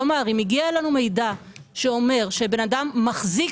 כלומר אם הגיע אלינו מידע שאומר שאדם מחזיק